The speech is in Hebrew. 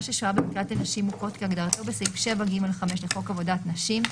ששוהה במקלט לנשים מוכות כהגדרתו בסעיף 7(ג)(5) לחוק עבודת נשים,